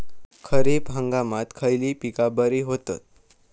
खरीप हंगामात खयली पीका बरी होतत?